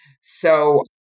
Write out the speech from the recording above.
So-